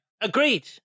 Agreed